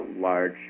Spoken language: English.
large